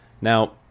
Now